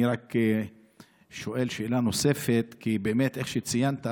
אני רק שואל שאלה נוספת, כי איך שציינת,